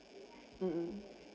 mmhmm